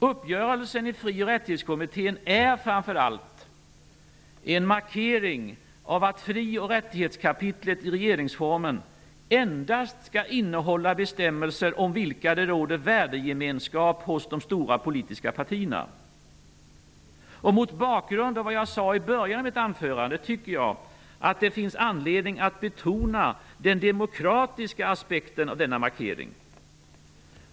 Uppgörelsen i Fri och rättighetskommittén är framför allt en markering av att fri och rättighetskapitlet i regeringsformen endast skall innehålla bestämmelser, kring vilka det råder värdegemenskap hos de stora politiska partierna. Mot bakgrund av vad jag sade i början av mitt anförande vill jag säga att jag tycker att det finns anledning att betona den demokratiska aspekten beträffande denna markering.